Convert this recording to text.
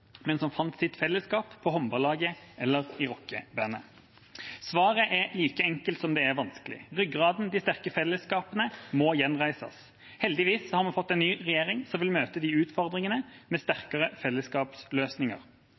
men som fant sitt fellesskap i håndballaget eller i rockebandet. Svaret er like enkelt som det er vanskelig: Ryggraden, de sterke fellesskapene, må gjenreises. Heldigvis har vi fått en ny regjering som vil møte utfordringene med sterkere fellesskapsløsninger.